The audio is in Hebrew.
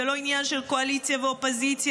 זה לא עניין של קואליציה ואופוזיציה,